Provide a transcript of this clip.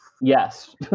Yes